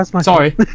Sorry